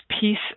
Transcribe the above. peace